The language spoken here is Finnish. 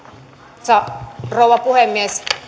arvoisa rouva puhemies